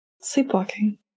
sleepwalking